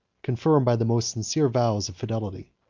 confirmed by the most sincere vows of fidelity.